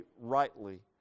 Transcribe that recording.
rightly